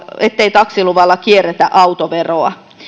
ettei taksiluvalla kierretä autoveroa